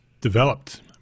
developed